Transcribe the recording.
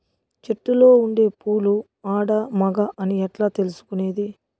చెట్టులో ఉండే పూలు ఆడ, మగ అని ఎట్లా తెలుసుకునేది?